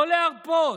לא להרפות,